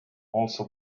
also